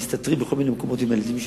ומסתתרים בכל מיני מקומות עם הילדים שלהם.